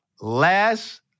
Last